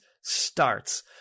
starts